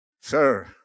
Sir